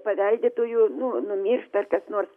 paveldėtojų nu numiršta ar kas nors